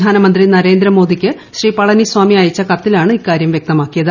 പ്രധാനമന്ത്രി നരേന്ദ്ര മോദിക്ക് ശ്രീ പളനിസ്വാമി അയച്ച കത്തിലാണ് ഇക്കാര്യം വൃക്തമാക്കിയത്